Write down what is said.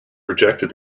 rejected